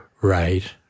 right